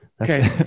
Okay